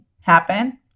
happen